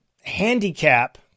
handicap